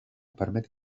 permet